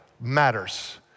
matters